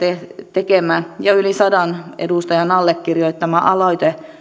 tekemä ja yli sadan edustajan allekirjoittama aloite